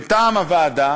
מטעם הוועדה,